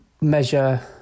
measure